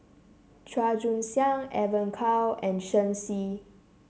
Chua Joon Siang Evon Kow and Shen Xi